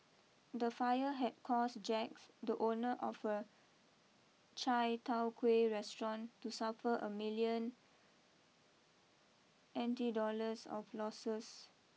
the fire had caused Jax the owner of a Chai tow Kuay restaurant to suffer a million N T dollars of losses